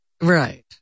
Right